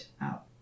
out